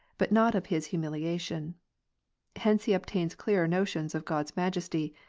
but not of his humiliation hence he obtains clearer notions of god's majesty,